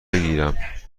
بگیرم